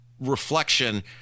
reflection